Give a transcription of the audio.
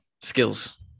skills